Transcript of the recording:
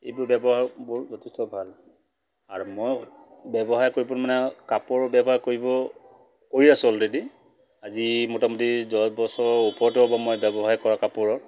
এইবোৰ ব্যৱসায়বোৰ যথেষ্ট ভাল আৰু মই ব্যৱসায় কৰিবলৈ মানে কাপোৰ ব্যৱসায় কৰিব কৰি আছোঁ অলৰেডি আজি মোটামুটি দহ বছৰৰ ওপৰতে হ'ব মই ব্যৱসায় কৰা কাপোৰৰ